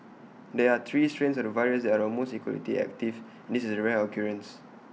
there are three strains of the virus that are almost equally active and this is A rare occurrence